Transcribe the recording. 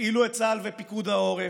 תפעילו את צה"ל ואת פיקוד העורף,